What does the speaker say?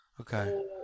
Okay